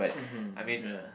mmhmm ya